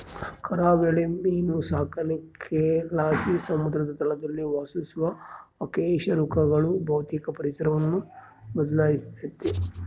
ಕರಾವಳಿ ಮೀನು ಸಾಕಾಣಿಕೆಲಾಸಿ ಸಮುದ್ರ ತಳದಲ್ಲಿ ವಾಸಿಸುವ ಅಕಶೇರುಕಗಳ ಭೌತಿಕ ಪರಿಸರವನ್ನು ಬದ್ಲಾಯಿಸ್ತತೆ